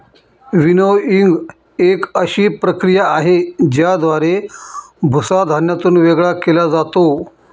winnowing एक अशी प्रक्रिया आहे, ज्याद्वारे भुसा धान्यातून वेगळा केला जातो